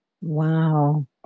Wow